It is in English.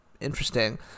interesting